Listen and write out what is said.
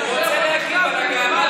אני רק לא יכול בכתב, כי אני למעלה.